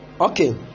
okay